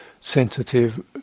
sensitive